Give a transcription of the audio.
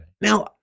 Now